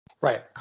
Right